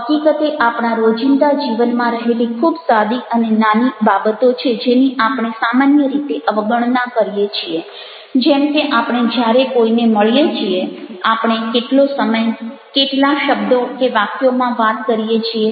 હકીકતે આપણા રોજિંદા જીવનમાં રહેલી ખૂબ સાદી અને નાની બાબતો છે જેની આપણે સામાન્ય રીતે અવગણના કરીએ છીએ જેમ કે આપણે જ્યારે કોઈને મળીએ છીએ આપણે કેટલો સમય કેટલા શબ્દો કે વાક્યોમાં વાત કરીએ છીએ